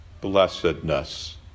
blessedness